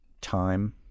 time